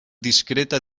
discreta